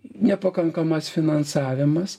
nepakankamas finansavimas